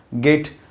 get